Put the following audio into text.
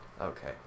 Okay